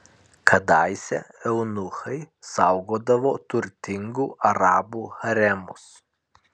kadaise eunuchai saugodavo turtingų arabų haremus